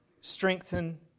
strengthen